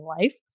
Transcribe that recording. life